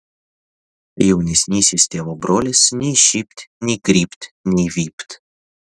jaunesnysis tėvo brolis nei šypt nei krypt nei vypt